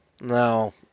No